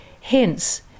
Hence